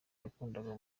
yakundaga